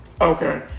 Okay